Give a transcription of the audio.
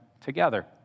together